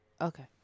Okay